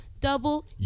double